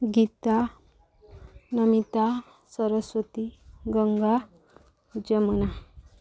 Gita Namita Saraswati Ganga Yamuna